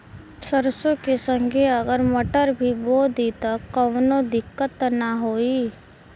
सरसो के संगे अगर मटर भी बो दी त कवनो दिक्कत त ना होय?